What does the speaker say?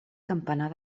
campanar